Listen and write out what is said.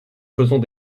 faisons